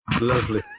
Lovely